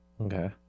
Okay